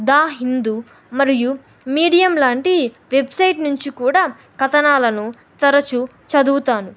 the Hindu మరియు Medium లాంటి website నుంచి కూడా కథనాలను తరచూ చదువుతాను